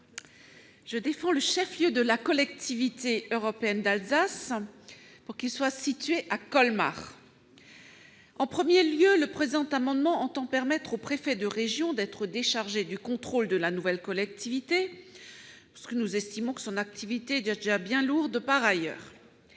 que le chef-lieu de la Collectivité européenne d'Alsace soit situé à Colmar. En premier lieu, le présent amendement entend permettre au préfet de région d'être déchargé du contrôle de la nouvelle collectivité, son activité étant déjà bien lourde par ailleurs.